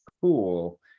Cool